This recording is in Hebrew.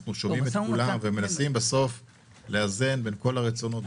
אנחנו מנסים לאזן בין כל הרצונות.